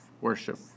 Worship